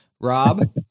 Rob